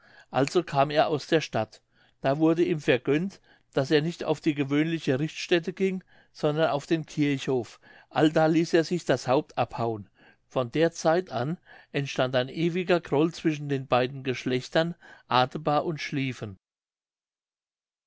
also kam er aus der stadt da wurde ihm vergönnt daß er nicht auf die gewöhnliche richtstätte ging sondern auf den kirchhof allda ließ er sich das haupt abhauen von der zeit an entstand ein ewiger groll zwischen den beiden geschlechtern adebar und schlieffen